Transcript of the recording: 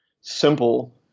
simple